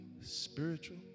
spiritual